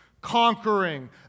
conquering